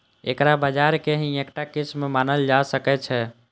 एकरा बाजार के ही एकटा किस्म मानल जा सकै छै